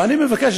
ואני מבקש,